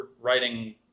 writing